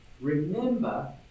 Remember